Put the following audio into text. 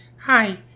Hi